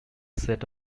set